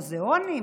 מוזיאונים,